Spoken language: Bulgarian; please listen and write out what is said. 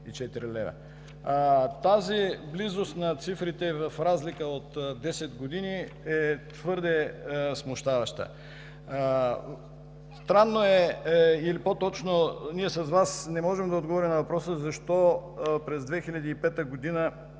Тази близост на цифрите в разлика от десет години е твърде смущаваща. Странно е или по-точно ние с Вас не можем да отговорим на въпроса: защо през 2005 г.,